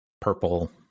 purple